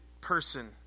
person